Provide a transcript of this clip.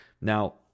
Now